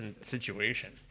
situation